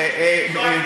אדוני השר,